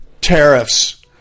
tariffs